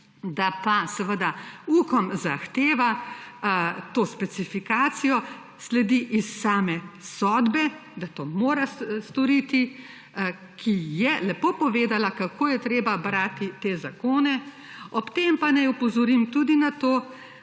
Da pa seveda UKOM zahteva to specifikacijo, sledi iz same sodbe, da to mora storiti, ki je lepo povedala kako je treba brati te zakone. Ob tem pa naj opozorim tudi na to,